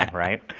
um right?